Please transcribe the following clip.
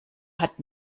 hat